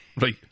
Right